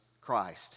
Christ